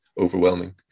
overwhelming